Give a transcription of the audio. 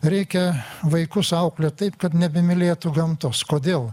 reikia vaikus auklėt taip kad nebemylėtų gamtos kodėl